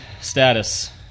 status